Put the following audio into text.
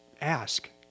ask